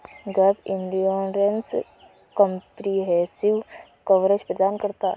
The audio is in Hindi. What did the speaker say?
गैप इंश्योरेंस कंप्रिहेंसिव कवरेज प्रदान करता है